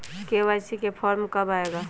KYC form कब आए गा?